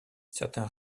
certains